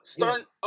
Starting